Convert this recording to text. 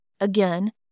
Again